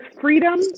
freedom